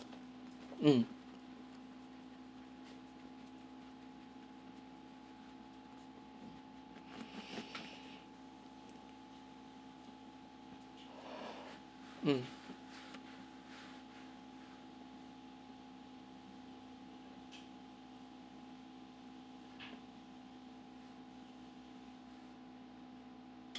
mm mm